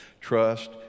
trust